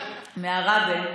מעראבה,